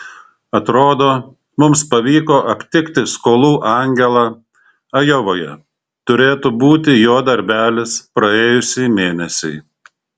atrodo mums pavyko aptikti skolų angelą ajovoje turėtų būti jo darbelis praėjusį mėnesį